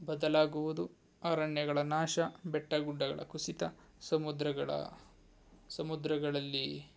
ಬದಲಾಗುವುದು ಅರಣ್ಯಗಳ ನಾಶ ಬೆಟ್ಟ ಗುಡ್ಡಗಳ ಕುಸಿತ ಸಮುದ್ರಗಳ ಸಮುದ್ರಗಳಲ್ಲಿ